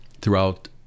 throughout